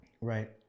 Right